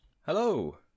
hello